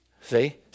See